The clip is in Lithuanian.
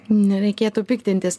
nereikėtų piktintis